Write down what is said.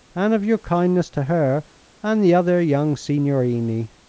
and of your kindness to her and the other young signorini.